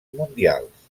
mundials